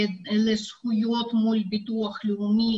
לזכויות מול ביטוח לאומי,